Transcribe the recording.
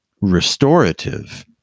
restorative